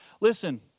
Listen